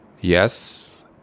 Yes